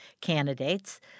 candidates